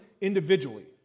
individually